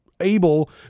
able